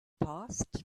passed